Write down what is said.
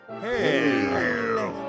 Hey